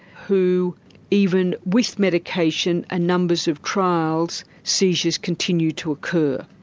who even with medication and numbers of trials, seizures continue to occur.